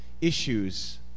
issues